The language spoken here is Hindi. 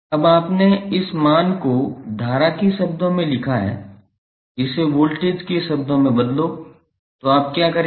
अब आपने इस मान को धारा के शब्दों में लिखा है इसे वोल्टेज के शब्दों में बदलो तो आप क्या करेंगे